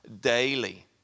daily